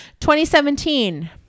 2017